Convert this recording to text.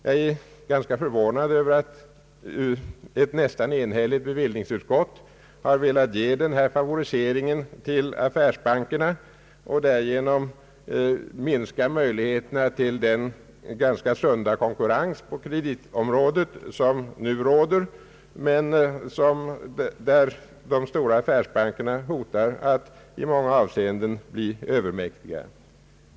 Jag är ganska förvånad över att ett nästan enhälligt bevillningsutskott har velat ge affärsbankerna denna favorisering och därigenom minska möjligheterna till den ganska sunda konkurrens på kreditområdet som nu råder, men där de stora affärsbankerna hotar att i många avseenden bli övermäktiga. Herr talman!